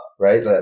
Right